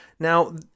Now